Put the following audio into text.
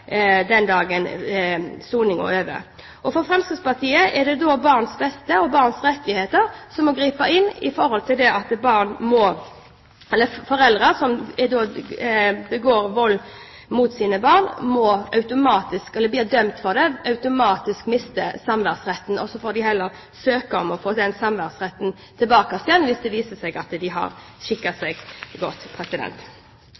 den dagen soningen er over. For Fremskrittspartiet er det barnets beste og barnets rettigheter som må veie tungt med tanke på at foreldre som begår vold mot sine barn og blir dømt for det, automatisk kan miste samværsretten. Da får de heller søke om å få samværsretten tilbake, hvis det viser seg at de har